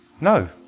No